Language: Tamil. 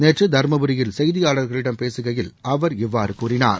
நேற்று தருமபுரியில் செய்தியாளர்களிடம் பேசுகையில் அவர் இவ்வாறு கூறினார்